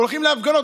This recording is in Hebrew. הולכים להפגנות,